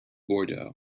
bordeaux